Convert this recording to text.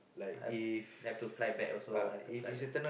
I have have to fly back also have to fly back